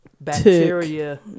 bacteria